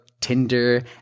Tinder